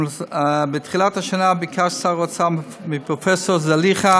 בתחילת השנה ביקש שר האוצר מפרופ' זליכה